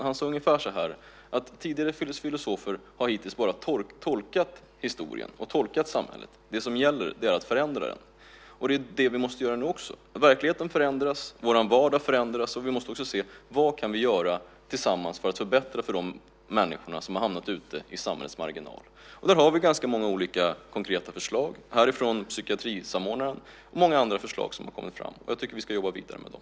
Han sade ungefär så här: Tidigare filosofer har bara tolkat historien och tolkat samhället. Det som gäller är att förändra det. Det är det vi måste göra nu också. Verkligheten förändras och vår vardag förändras. Vi måste se vad vi kan göra tillsammans för att förbättra för de människor som har hamnat ute i samhällets marginal. Vi har ganska många konkreta förslag från psykiatrisamordnaren, och det har kommit fram många andra förslag. Jag tycker att vi ska jobba vidare med dem.